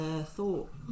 thought